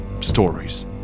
stories